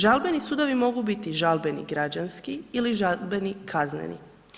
Žalbeni sudovi mogu biti žalbeni građanski ili žalbeni kazneni.